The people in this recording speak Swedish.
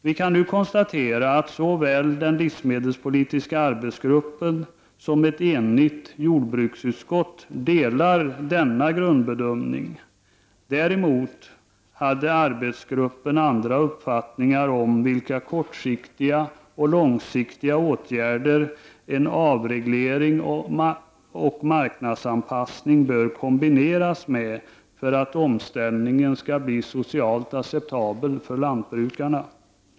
Vi kan nu konstatera att såväl den livsmedelspolitiska arbetsgruppen som ett enigt jordbruksutskott delar denna grundbedömning. Däremot hade arbetsgruppen andra uppfattningar om vilka kortsiktiga och långsiktiga åtgärder en avreglering och marknadsanpassning bör kombineras med för att omställningen skall bli socialt acceptabel för lantbrukarna.